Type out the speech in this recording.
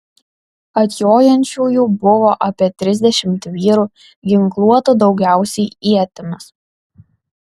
atjojančiųjų buvo apie trisdešimt vyrų ginkluotų daugiausiai ietimis